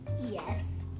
Yes